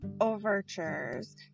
overtures